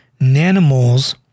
Nanomoles